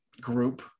group